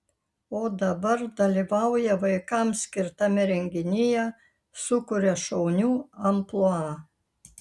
o dabar dalyvauja vaikams skirtame renginyje sukuria šaunių amplua